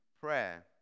prayer